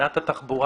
את לא תעמדי בו.